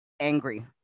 angry